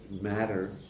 matter